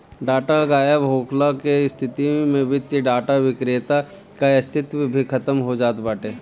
data गायब होखला के स्थिति में वित्तीय डाटा विक्रेता कअ अस्तित्व भी खतम हो जात बाटे